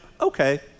okay